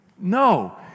No